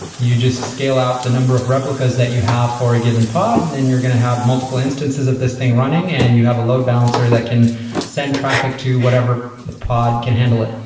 you just scale out the number of replicas that you have for a given pod, and then you're going to have multiple instances of this thing running, and you have a load balancer that can send traffic to whatever pod can handle it.